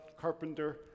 carpenter